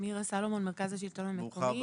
מירה סלומון, מרכז השלטון המקומי.